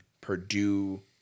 Purdue –